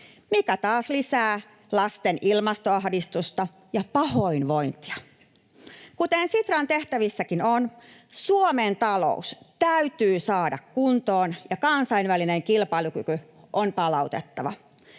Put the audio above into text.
mikä taas lisää lasten ilmastoahdistusta ja pahoinvointia. Kuten Sitran tehtävissäkin on, Suomen talous täytyy saada kuntoon ja kansainvälinen kilpailukyky on palautettava.